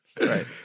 Right